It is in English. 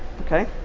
Okay